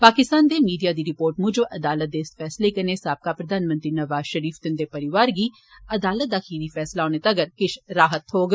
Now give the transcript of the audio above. पाकिस्तान दे मीडिया दी रिपोर्ट मुजब अदालत दे इस फैसले कन्नै साबका प्रधानमंत्री नवाज शरीफ ते उन्दे परोआर गी अदालत दा खीरी फैसला औने तक्कर किश राहत थ्होग